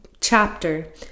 chapter